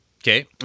Okay